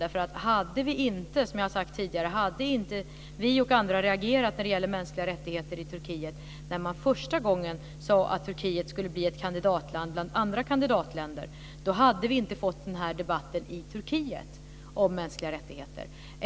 Hade inte vi och andra, som jag har sagt tidigare, reagerat när det gäller mänskliga rättigheter i Turkiet när man första gången sade att Turkiet skulle bli ett kandidatland bland andra kandidatländer hade vi inte fått en debatt i Turkiet om mänskliga rättigheter.